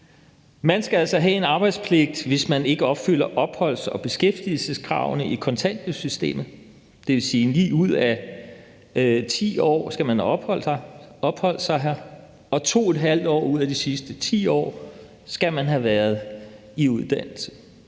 Man skal altså have en arbejdspligt, hvis ikke man opfylder opholds- og beskæftigelseskravene i kontanthjælpssystemet, og det vil sige, at 9 ud af 10 år skal man have opholdt sig her, og 2½ år ud af de sidste 10 år skal man have været i uddannelse.